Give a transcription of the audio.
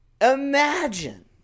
Imagine